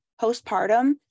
postpartum